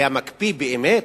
הוא היה מקפיא באמת?